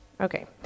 Okay